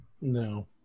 No